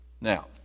Now